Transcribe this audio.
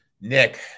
Nick